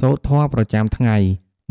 សូត្រធម៌ប្រចាំថ្ងៃ